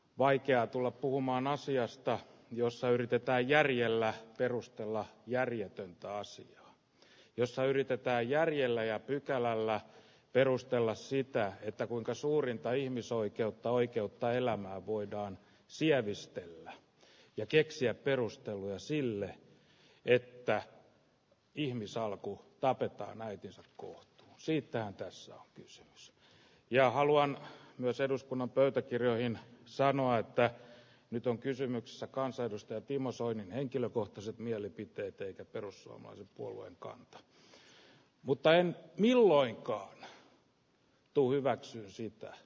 vaikea tulla puhumaan asiasta jossa yritetään järjellä perusteella järjetöntä asiaa jossa yritetään järjellä ja pykälällä perusteella siitä että kuinka suurinta ihmisoikeutta oikeutta elämään voidaan sievistellä ja keksiä perustelua sille että ihmisalkuun tapetaan äitinsä kohtu siitähän tässä on kysymys ja haluan myös eduskunnan pöytäkirjojen sanoa että nyt on kysymyksessä kansanedustaja timo soinin henkilökohtaiset mielipiteet eikä perussuomalaiset puolueen kanta mutta en milloinkaan tuu hyväksyä sitä